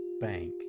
bank